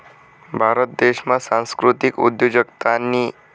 भारत देशमा सांस्कृतिक उद्योजकतानी